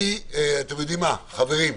חברים,